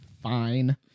fine